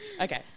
Okay